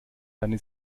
deine